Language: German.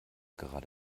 gerade